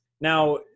Now